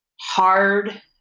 hard